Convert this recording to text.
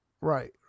right